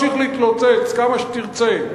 אתה יכול להמשיך להתלוצץ כמה שתרצה.